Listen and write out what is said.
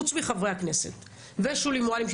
חוץ מחברי הכנסת ושולי מועלם,